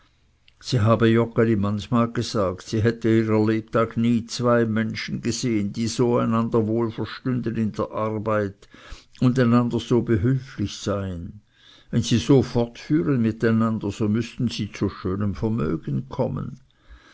sie habe joggeli manchmal gesagt sie hätte ihrer lebtag nie zwei menschen gesehen die einander so wohl verstünden in der arbeit und einander so behülflich seien wenn sie so fortführen mit einander so müßten sie zu schönem vermögen kommen